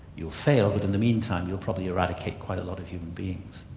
you'll fail, but in the meantime you'll probably eradicate quite a lot of human beings.